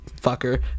fucker